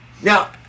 Now